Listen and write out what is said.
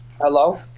hello